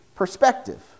perspective